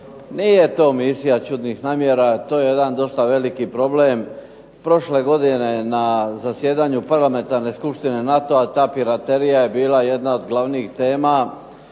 Nije to misija čudnih namjera. To je jedan dosta veliki problem. Prošle godine na zasjedanju parlamentarne Skupštine NATO-a ta piraterija je bila jedna od glavnih tema.